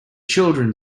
children